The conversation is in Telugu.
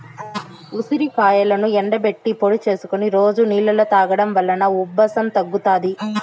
ఉసిరికాయలను ఎండబెట్టి పొడి చేసుకొని రోజు నీళ్ళలో తాగడం వలన ఉబ్బసం తగ్గుతాది